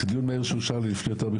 דיון מהיר שאושר יותר מחודש,